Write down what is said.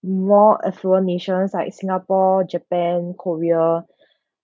more affluent nations like singapore japan korea